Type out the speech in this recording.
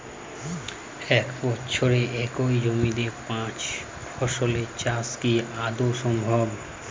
এক বছরে একই জমিতে পাঁচ ফসলের চাষ কি আদৌ সম্ভব?